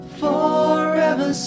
forever